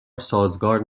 سازگار